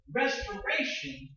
restoration